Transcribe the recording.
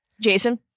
Jason